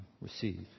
receive